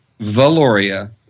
Valoria